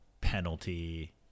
penalty